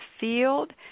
field